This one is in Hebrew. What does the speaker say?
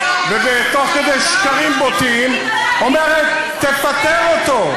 ותוך כדי שקרים בוטים אומרת: תפטר אותו,